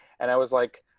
and i was like,